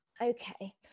okay